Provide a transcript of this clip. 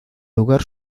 lugar